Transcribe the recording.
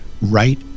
right